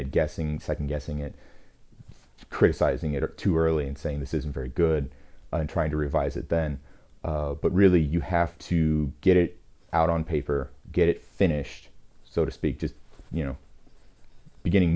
it guessing second guessing it criticizing it or too early and saying this isn't very good and trying to revise it then but really you have to get it out on paper get it finished so to speak just you know beginning